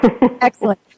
Excellent